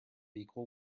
equal